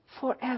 forever